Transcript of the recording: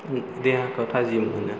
देहाखौ थाजिम मोनो